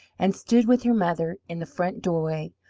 and stood with her mother in the front doorway,